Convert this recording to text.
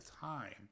time